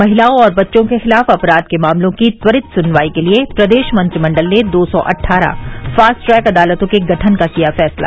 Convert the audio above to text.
महिलाओं और बच्चों के खिलाफ अपराध के मामलों की त्वरित सुनवाई के लिए प्रदेश मंत्रिमण्डल ने दो सौ अठारह फास्ट ट्रैक अदालतों के गठन का किया फैसला